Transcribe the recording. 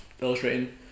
illustrating